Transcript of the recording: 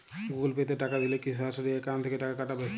Google Pay তে টাকা দিলে কি সরাসরি অ্যাকাউন্ট থেকে টাকা কাটাবে?